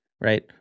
right